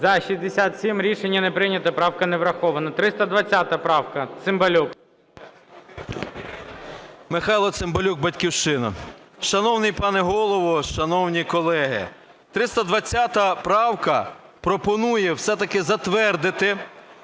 За-67 Рішення не прийнято. Правка не врахована. 320 правка, Цимбалюк, 13:24:07 ЦИМБАЛЮК М.М. Михайло Цимбалюк, "Батьківщина". Шановний пане Голово, шановні колеги, 320 правка пропонує все-таки затвердити